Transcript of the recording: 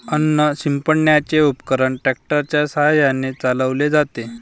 अन्न शिंपडण्याचे उपकरण ट्रॅक्टर च्या साहाय्याने चालवले जाते